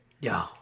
Yo